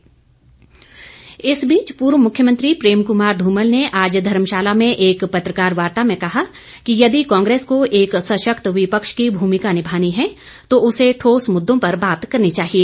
धुमल इस बीच पूर्व मुख्यमंत्री प्रेम क्मार ध्रमल ने आज धर्मशाला में एक पत्रकार वार्ता में कहा कि यदि कांग्रेस को एक सशक्त विपक्ष की भूमिका निभानी है तो उसे ठोस मुद्दों पर बात करनी चाहिए